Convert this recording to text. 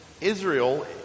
Israel